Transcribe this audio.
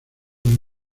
han